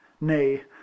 nay